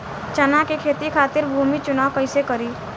चना के खेती खातिर भूमी चुनाव कईसे करी?